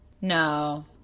No